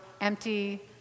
empty